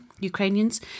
Ukrainians